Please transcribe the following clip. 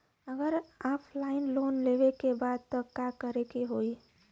अगर offline loan लेवे के बा त का करे के होयी?